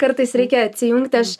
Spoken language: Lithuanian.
kartais reikia atsijungt aš